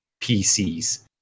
PCs